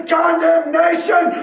condemnation